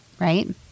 Right